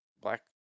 Black